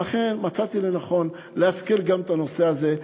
ולכן מצאתי לנכון להזכיר גם את הנושא הזה.